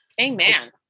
Amen